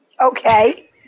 Okay